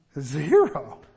Zero